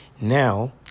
Now